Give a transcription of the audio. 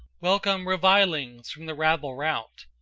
welcome revilings from the rabble rout,